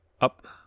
up